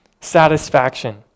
satisfaction